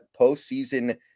postseason